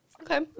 Okay